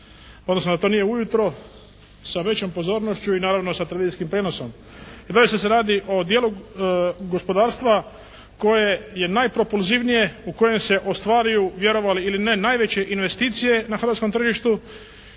odnosno da to nije ujutro sa većom pozornošću i naravno sa televizijskim prijenosom. …/Govornik se ne razumije./… o dijelu gospodarstva koje je najproporzivnije, u kojem se ostvaruju vjerovali ili ne najveće investicije na hrvatskom tržištu